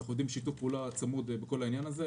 אנחנו עובדים בשיתוף פעולה צמוד בעניין הזה.